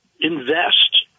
invest